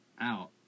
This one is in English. out